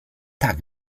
tak